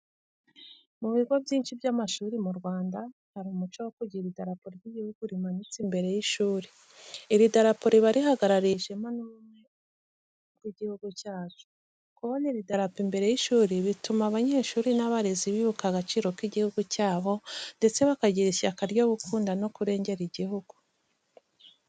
Mu bigo byinshi by’amashuri mu Rwanda, hariho umuco wo kugira idarapo ry’igihugu rimanitse imbere y’ishuri. Iri darapo riba rihagarariye ishema n’ubumwe bw’igihugu cyacu. Kubona iri darapo imbere y’ishuri bituma abanyeshuri n’abarezi bibuka agaciro k’igihugu cyabo ndetse bakagira ishyaka ryo gukunda no kurengera igihugu.